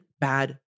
bad